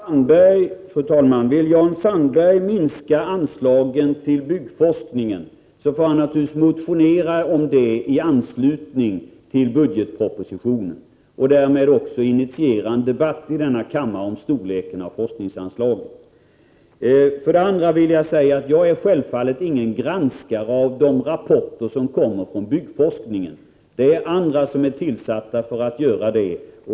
Fru talman! Vill Jan Sandberg minska anslagen till byggforskningen, kan han naturligtvis motionera om det i anslutning till budgetpropositionen. Därmed initieras ju en debatt i denna kammare om storleken när det gäller forskningsanslagen. Vidare vill jag säga att jag självfallet inte är någon granskare av de rapporter som kommer från byggforskningen. Andra är tillsatta för att göra det.